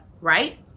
right